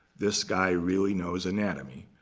this guy really knows anatomy.